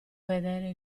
vedere